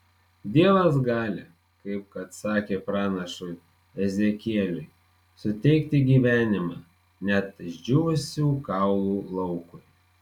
dievas gali kaip kad sakė pranašui ezekieliui suteikti gyvenimą net išdžiūvusių kaulų laukui